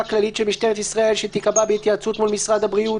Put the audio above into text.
כללית של משטרת ישראל שתיקבע בהתייעצות מול משרד הבריאות,